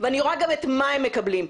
ואני רואה גם מה הם מקבלים.